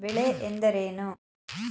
ಬೆಳೆ ಎಂದರೇನು?